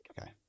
Okay